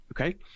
Okay